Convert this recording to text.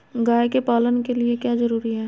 गाय के पालन के लिए क्या जरूरी है?